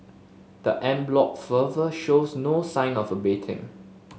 the an bloc fervour shows no sign of abating